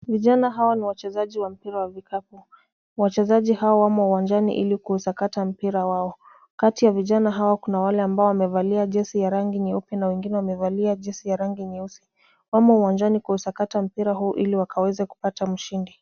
Vijana hawa ni wachezaji wa mpira wa vikapu. Wachezaji hawa wamo uwanjani ili kuusakata mpira wao. Kati ya vijana hao kuna wale ambao wamevalia jezi ya rangi nyeupe na wengine wamevalia jezi ya rangi nyeusi. Wamo uwanjani kuusakata mpira huu ili wakaweza kupata mshindi.